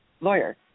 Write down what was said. lawyer